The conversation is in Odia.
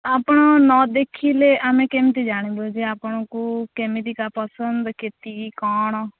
ଆପଣ ନ ଦେଖିଲେ ଆମେ କେମିତି ଜାଣିବୁ ଯେ ଆପଣଙ୍କୁ କେମିତିକା ପସନ୍ଦ କେତିକି କ'ଣ